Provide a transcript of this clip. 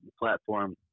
platform